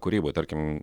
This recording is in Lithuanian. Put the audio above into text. kūryboj tarkim